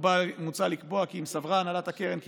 מוצע לקבוע כי אם סברה הנהלת הקרן כי